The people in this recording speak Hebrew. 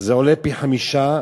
הוא פי-חמישה,